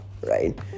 right